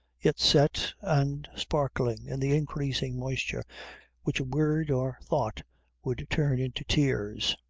yet set, and sparkling in the increasing moisture which a word or thought would turn into tears.